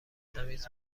تمیز